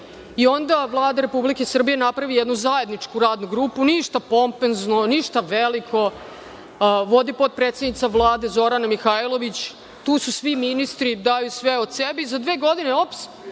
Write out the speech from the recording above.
o onda Vlada Republike Srbije napravi jednu zajedničku Radnu grupu, ništa pompezno, ništa veliko, vodi potpredsednica Vlade Zorana Mihajlović, tu su svi ministri, daju sve od sebe i za dve godine, - ops,